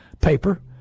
paper